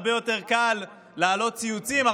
הרבה יותר קל להעלות ציוצים,